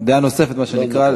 דעה נוספת מה שנקרא.